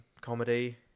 comedy